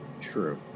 True